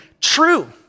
True